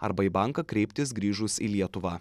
arba į banką kreiptis grįžus į lietuvą